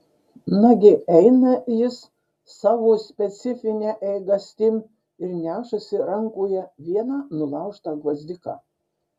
nagi eina jis savo specifine eigastim ir nešasi rankoje vieną nulaužtą gvazdiką